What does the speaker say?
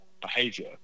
behavior